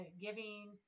giving